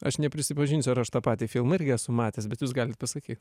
aš neprisipažinsiu ar aš tą patį filmą irgi esu matęs bet jūs galit pasakyt